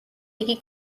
იგი